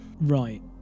Right